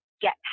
get